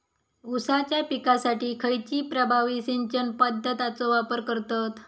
ऊसाच्या पिकासाठी खैयची प्रभावी सिंचन पद्धताचो वापर करतत?